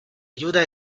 ayuda